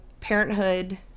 parenthood